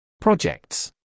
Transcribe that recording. Projects